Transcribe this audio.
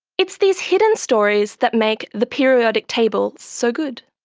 it's these hidden stories that make the periodic table so good.